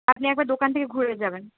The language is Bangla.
আপনি একবার দোকান থেকে ঘুরে যাবেন